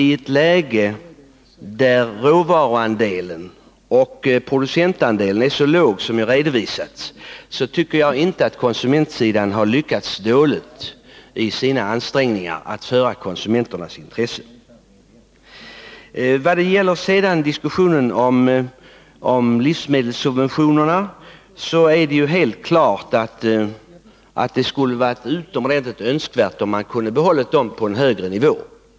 I ett läge där råvaruandelen och producentandelen är så låga som redovisats här tycker jag inte att konsumentsidan har lyckats dåligt i sina ansträngningar att värna om konsumenternas intresse. När det gäller diskussionen om livsmedelssubventionerna är det helt klart att det skulle ha varit utomordentligt önskvärt att de hade kunnat behållas på en högre nivå.